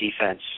defense